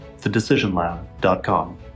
thedecisionlab.com